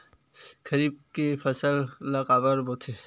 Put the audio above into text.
खरीफ के फसल ला काबर बोथे?